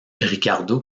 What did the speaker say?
ricardo